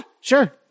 sure